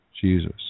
Jesus